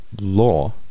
law